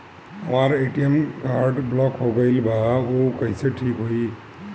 हमर ATM card block हो गईल बा ऊ कईसे ठिक होई?